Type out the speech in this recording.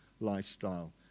lifestyle